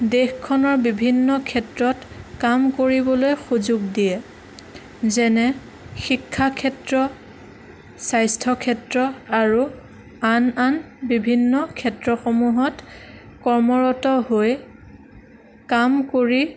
দেশখনৰ বিভিন্ন ক্ষেত্ৰত কাম কৰিবলৈ সুযোগ দিয়ে যেনে শিক্ষা ক্ষেত্ৰ স্বাস্থ্য ক্ষেত্ৰ আৰু আন আন বিভিন্ন ক্ষেত্ৰসমূহত কৰ্মৰত হৈ কাম কৰি